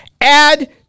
add